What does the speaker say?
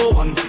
one